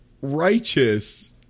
Righteous